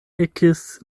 ekis